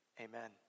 Amen